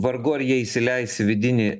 vargu ar jie įsileis į vidinį